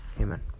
Amen